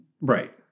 right